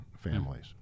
families